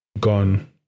gone